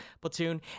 platoon